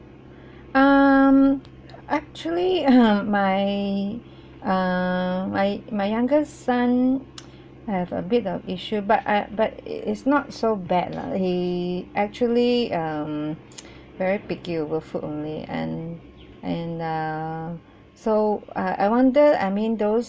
um actually my err my my youngest son have a bit of issue but uh but it it's not so bad lah he actually um very picky over food only and and err so uh I wonder I mean those